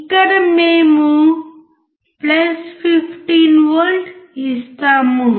ఇక్కడ మేము 15 V ఇస్తాము